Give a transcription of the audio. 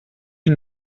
une